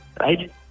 right